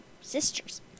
sisters